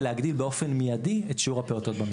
ולהגדיל באופן מידי את שיעור הפעוטות במסגרת.